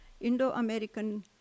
Indo-American